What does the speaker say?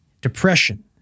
depression